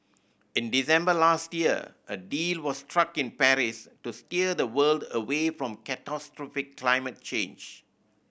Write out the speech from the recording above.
in December last year a deal was struck in Paris to steer the world away from catastrophic climate change